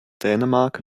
dänemark